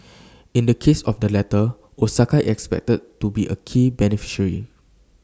in the case of the latter Osaka expected to be A key beneficiary